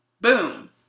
boom